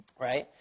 Right